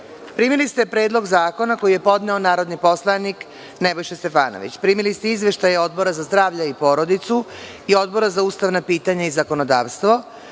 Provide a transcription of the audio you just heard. ste Predlog zakona koji je podneo narodni poslanik Nebojša Stefanović. Primili ste izveštaje Odbora za zdravlje i porodicu i Odbora za ustavna pitanja i zakonodavstvo. Pre